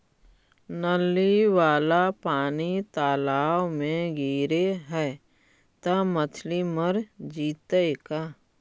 नली वाला पानी तालाव मे गिरे है त मछली मर जितै का?